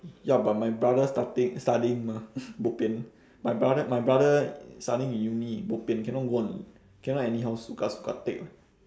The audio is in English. ya but my brother starting studying mah bo pian my brother my brother studying in uni bo pian cannot go on cannot anyhow suka suka take lah